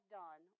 done